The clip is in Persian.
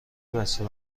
بسته